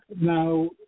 now